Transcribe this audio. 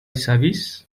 savis